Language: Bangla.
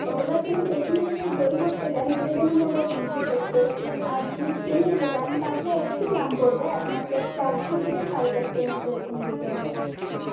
ওগুলোর জন্য পেছনদিকে যদি দড়ি করতে চান ওটার জন্য পড়বে তিনশো সত্তর আর যদি চেন নিতে চান তাহলে একটু দাম পড়বে আপনাকে চারশো থেকে সাড়ে চারশোর মতো এরকম দিতে হবে